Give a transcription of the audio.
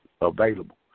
available